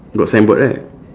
got signboard right